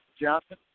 Johnson